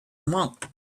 monk